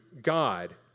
God